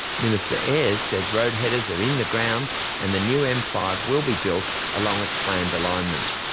minister ayres says road headers are in the ground and the new m five will be built along its planned alignment.